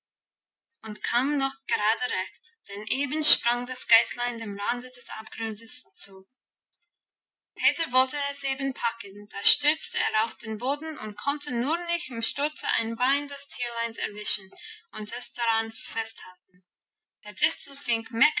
und kam noch gerade recht denn eben sprang das geißlein dem rande des abgrundes zu peter wollte es eben packen da stürzte er auf den boden und konnte nur noch im sturze ein bein des tierleins erwischen und es daran festhalten der distelfink